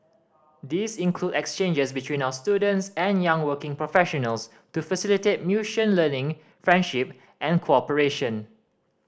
these include exchanges between our students and young working professionals to facilitate learning friendship and cooperation